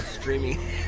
Streaming